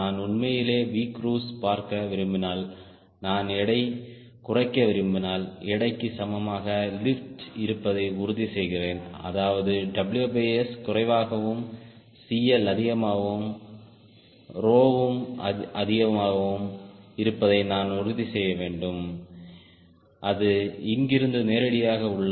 நான் உண்மையிலேயே Vcruise பார்க்க விரும்பினால் நான் எடை குறைக்க விரும்பினால் எடைக்கு சமமாக லிப்ட் இருப்பதை உறுதிசெய்கிறேன் அதாவது WS குறைவாகவும் CL அதிகமாகவும் ரோவும் அதிகமாக இருப்பதை நான் உறுதி செய்ய வேண்டும் அது இங்கிருந்து நேரடியாக உள்ளது